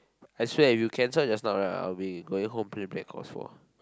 as fair as you can so like just now I will be going home playing Blackouts four